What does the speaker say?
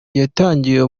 yatangiwe